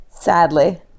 Sadly